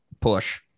push